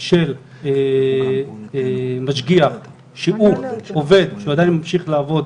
של משגיח שהוא עובד, שהוא עדיין ממשיך לעבוד